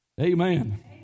Amen